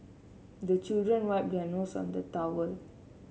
the children wipe their nose on the towel